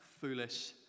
foolish